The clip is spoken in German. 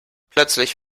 plötzlich